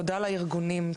תודה לארגונים,